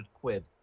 quid